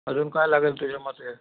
अजून काय लागेल तुझ्या मते